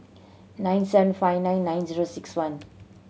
nine seven five nine nine zero six one